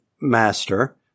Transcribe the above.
master